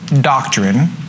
doctrine